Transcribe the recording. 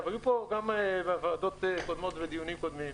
היו פה גם ועדות קודמות ודיונים קודמים,